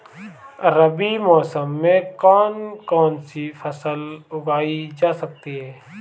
रबी मौसम में कौन कौनसी फसल उगाई जा सकती है?